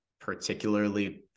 particularly